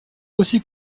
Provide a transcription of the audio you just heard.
aussi